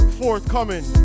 forthcoming